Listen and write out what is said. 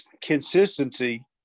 consistency